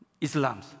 Islam